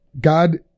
God